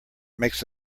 makes